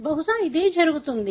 బహుశా ఇదే జరుగుతుంది